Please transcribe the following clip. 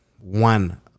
one